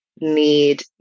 need